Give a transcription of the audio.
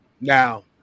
now